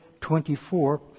24